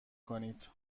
کنید